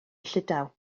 llydaw